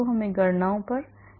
हमें गणनाओं पर जाने दें